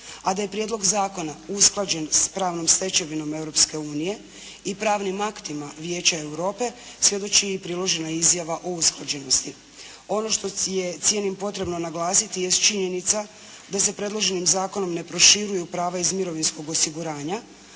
A da je prijedlog zakona usklađen s pravnom stečevinom Europske unije i pravnim aktima Vijeća Europe svjedoči i priložena izjava o usklađenosti. Ono što je cijenim potrebno naglasiti jest činjenica da se predloženim zakonom ne proširuju prava iz mirovinskog osiguranja